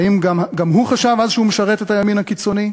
האם גם הוא חשב אז שהוא משרת את הימין הקיצוני?